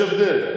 יש הבדל.